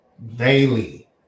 Daily